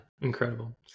incredible